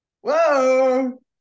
Whoa